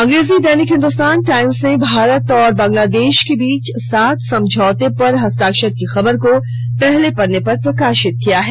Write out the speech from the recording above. अंग्रेजी दैनिक हिंदुस्तान टाइम्स ने भारत और बांग्ला देश के बीच सात समझौतों पर हस्ताक्षर की खबर को पहले पन्ने पर प्रकाशित किया है